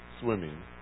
swimming